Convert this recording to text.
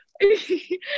hey